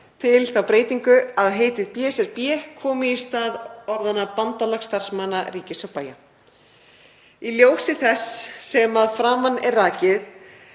til þá breytingu að heitið BSRB komi í stað orðanna Bandalag starfsmanna ríkis og bæja. Í ljósi þess sem að framan er rakið